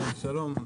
שלום,